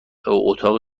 اتاق